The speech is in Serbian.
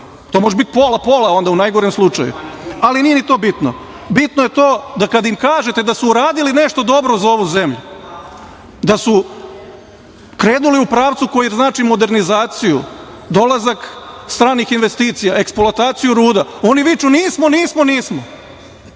To može biti pola-pola onda, u najgorem slučaju. Ali, nije ni to bitno. Bitno je to da kad im kažete da su uradili nešto dobro za ovu zemlju, da su krenuli u pravcu koji znači modernizaciju, dolazak stranih investicija, eksploataciju ruda, oni viču – nismo, nismo, nismo.